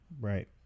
Right